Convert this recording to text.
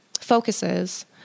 focuses